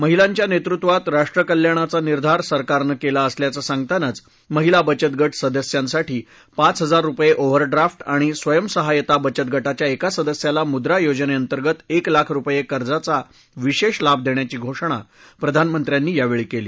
महिलांच्या नेतृत्वात राष्ट्रकल्याणाचा निर्धार सरकारनं केला असल्याचं सांगतानाच महिला बचतगा सदस्यांसाठी पाच हजार रुपये ओव्हरड्राफ आणि स्वयंसहायता बचत ग च्या एका सदस्याला मुद्रा योजनेअंतर्गत एक लाख रुपये कर्जाचा विशेष लाभ देण्याची घोषणा प्रधानमंत्र्यांनी केली